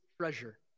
treasure